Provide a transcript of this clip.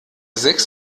sechs